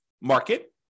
market